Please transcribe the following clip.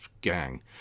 gang